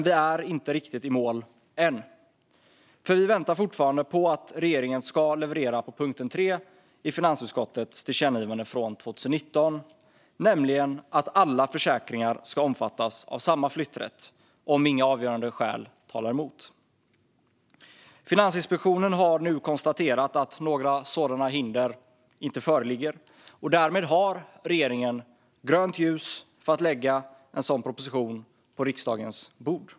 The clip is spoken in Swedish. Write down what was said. Vi är inte riktigt i mål än, för vi väntar fortfarande på att regeringen ska leverera på punkten 3 i finansutskottets tillkännagivande från 2019, nämligen att alla försäkringar ska omfattas av samma flytträtt om inga avgörande skäl talar emot. Finansinspektionen har nu konstaterat att några sådana hinder inte föreligger. Därmed har regeringen grönt ljus för att lägga en sådan proposition på riksdagens bord.